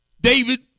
David